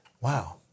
Wow